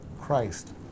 Christ